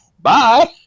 Bye